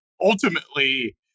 ultimately